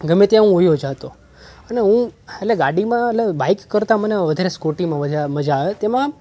ગમે ત્યાં હું વયો જતો અને હું એટલે ગાડીમાં એટલે બાઇક કરતાં મને વધારે સ્કૂટીમાં મજા આવે તેમાં